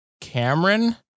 Cameron